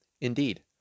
Indeed